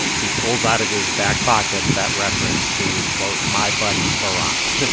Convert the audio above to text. he pulls out of his back pocket that reference to, quote, my buddy barack.